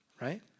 Right